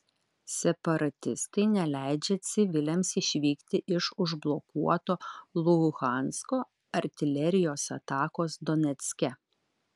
separatistai neleidžia civiliams išvykti iš užblokuoto luhansko artilerijos atakos donecke